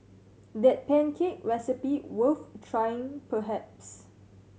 that pancake recipe worth trying perhaps